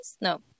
No